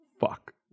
fuck